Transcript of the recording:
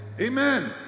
Amen